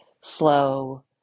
slow